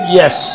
yes